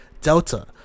Delta